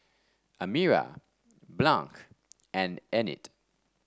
Amira and Enid